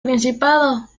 principado